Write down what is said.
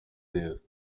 neza